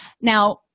Now